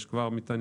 יש כבר מתעניינים.